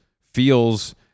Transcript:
feels